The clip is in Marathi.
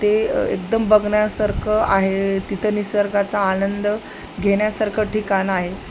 ते एकदम बघण्यासारखं आहे तिथं निसर्गाचा आनंद घेण्यासारखं ठिकाण आहे